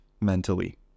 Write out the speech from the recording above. mentally